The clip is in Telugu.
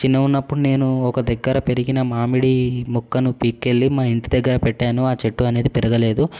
చిన్న ఉన్నప్పుడు నేను ఒక దగ్గర పెరిగిన మామిడి మొక్కను పీకుకెళ్ళి మా ఇంటి దగ్గర పెట్టాను ఆ చెట్టు అనేది పెరగలేదు